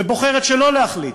ובוחרת שלא להחליט,